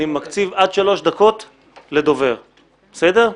אני מקציב עד שלוש דקות לדובר, בסדר?